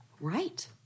Right